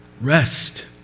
rest